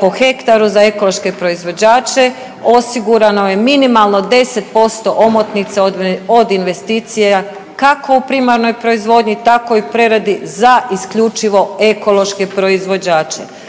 po hektaru za ekološke proizvođače osigurano je minimalno 10% omotnica od investicija kako u primarnoj proizvodnji tako i u preradi za isključivo ekološke proizvođače.